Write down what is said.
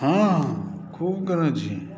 हँ खूब कयने छी